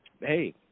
Hey